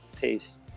Peace